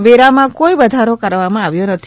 વેરામાં કોઈ વધારો કરવામાં આવ્યો નથી